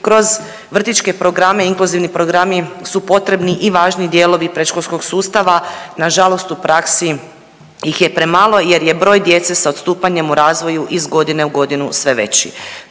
kroz vrtićke programe inkluzivni programi su potrebni i važni dijelovi predškolskog sustava. Nažalost u praksi ih je premalo jer je broj djece sa odstupanjem u razvoju iz godine u godinu sve veći.